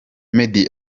meddy